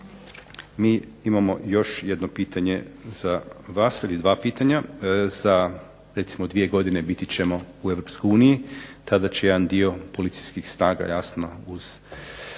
Mi imamo još jedno pitanje za vas, ili dva pitanja, za recimo dvije godine biti ćemo u Europskoj uniji, tada će jedan dio policijskih snaga jasno uz